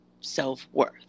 self-worth